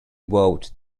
vowed